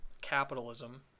capitalism